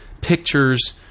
pictures